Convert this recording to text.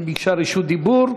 שביקשה רשות דיבור.